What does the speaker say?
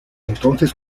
entonces